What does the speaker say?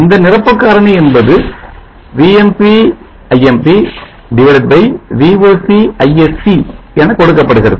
இந்த நிரப்புக் காரணி என்பது Vmp Imp Voc Isc என கொடுக்கப்படுகிறது